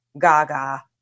Gaga